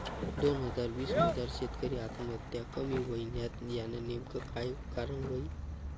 दोन हजार वीस मजार शेतकरी आत्महत्या कमी व्हयन्यात, यानं नेमकं काय कारण व्हयी?